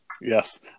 Yes